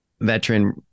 veteran